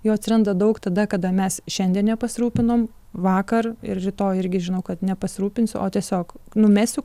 jo atsiranda daug tada kada mes šiandien nepasirūpinom vakar ir rytoj irgi žinau kad nepasirūpinsiu o tiesiog numesiu